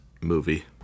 movie